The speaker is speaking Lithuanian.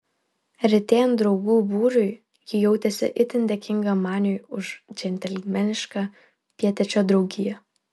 retėjant draugų būriui ji jautėsi itin dėkinga maniui už džentelmenišką pietiečio draugiją